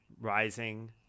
rising